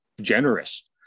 generous